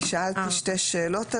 אני שאלתי שתי שאלות,